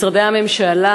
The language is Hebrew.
משרדי הממשלה,